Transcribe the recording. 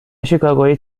شیکاگویی